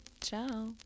Ciao